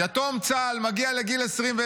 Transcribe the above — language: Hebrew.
יתום צה"ל המגיע לגיל 21: